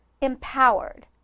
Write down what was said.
empowered